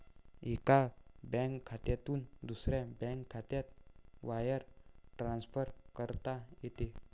एका बँक खात्यातून दुसऱ्या बँक खात्यात वायर ट्रान्सफर करता येते